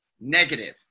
negative